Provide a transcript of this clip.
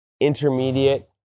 intermediate